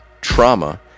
trauma